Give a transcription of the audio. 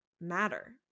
matter